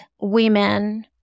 women